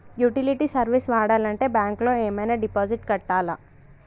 Utility service వాడాలంటే bank లో ఏమైనా డిపాజిట్ కట్టాలా?